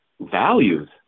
values